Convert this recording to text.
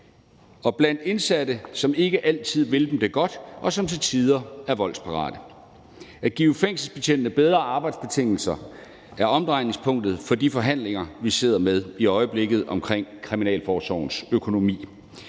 og blandt indsatte, som ikke altid vil dem det godt, og som til tider er voldsparate. At give fængselsbetjentene bedre arbejdsbetingelser er omdrejningspunktet for de forhandlinger, vi sidder med i øjeblikket omkring kriminalforsorgens økonomi.